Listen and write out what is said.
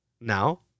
Now